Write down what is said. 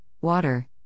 water